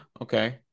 Okay